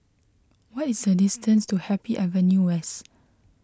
what is the distance to Happy Avenue West